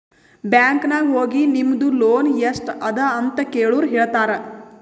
bank ನಾಗ್ ಹೋಗಿ ನಿಮ್ದು ಲೋನ್ ಎಸ್ಟ್ ಅದ ಅಂತ ಕೆಳುರ್ ಹೇಳ್ತಾರಾ